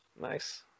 nice